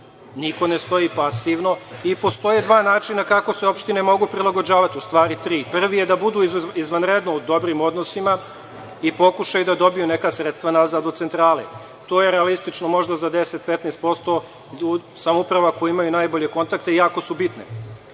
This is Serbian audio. niko ne stoji pasivno. Postoje dva načina kako se opštine mogu prilagođavati, u stvari tri. Prvi je da budu izvanredno u dobrim odnosima i pokušaju da dobiju neka sredstva nazad od centrale. To je možda realistično za 10%, 15% sa upravama koje imaju najbolje kontakte i jako su bitne.